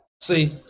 See